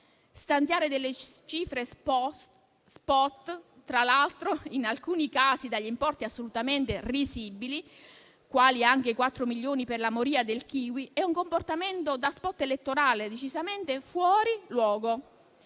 Stanziare delle cifre *spot*, tra l'altro in alcuni casi dagli importi assolutamente risibili, quali anche i quattro milioni per la moria del kiwi, è un comportamento da spot elettorale decisamente fuori luogo.